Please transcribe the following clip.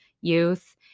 youth